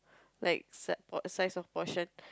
like size size of portion